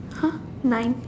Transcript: !huh! nine